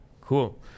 Cool